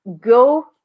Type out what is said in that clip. go